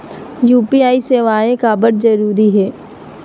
UPI सेवाएं काबर जरूरी हे?